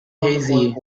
hazy